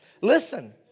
listen